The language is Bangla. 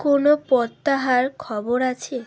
কোনও প্রত্যাহার খবর আছে